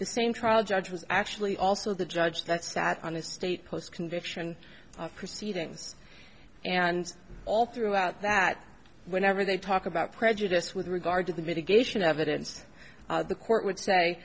the same trial judge was actually also the judge that sat on a state post conviction proceedings and all throughout that whenever they talk about prejudice with regard to the video geisha evidence the court would say